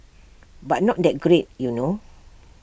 but not that great you know